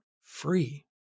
free